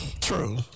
True